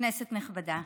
כנסת נכבדה,